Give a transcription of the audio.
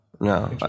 no